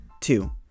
Two